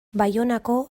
baionako